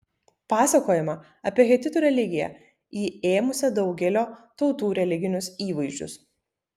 pasakojama apie hetitų religiją įėmusią daugelio tautų religinius įvaizdžius